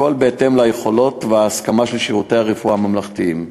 הכול בהתאם ליכולת ולהסכמה של שירותי הרפואה הממלכתיים.